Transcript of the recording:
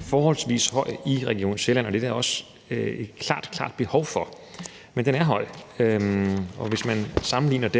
forholdsvis høj i Region Sjælland, og det er der også et klart, klart behov for. Men den er høj, og hvis man kigger på tallene,